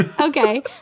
Okay